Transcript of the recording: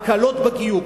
הקלות בגיור,